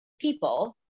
people